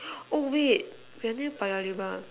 oh wait they're near Paya-Lebar